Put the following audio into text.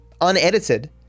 unedited